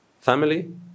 Family